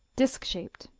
disk-shaped.